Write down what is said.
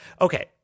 okay